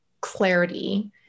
Clarity